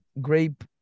grape